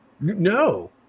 No